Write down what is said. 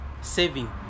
saving